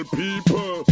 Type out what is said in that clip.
people